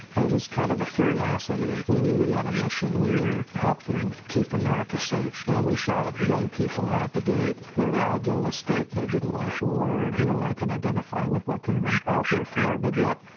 it was kind of a curiosity, we knew we had a mission, we were helping keep america safe and we saw young people out at the gate, they were idealistic, they didn't like war, you know, i can identify with what they were out there for, but yet,